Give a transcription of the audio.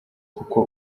koko